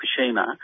Fukushima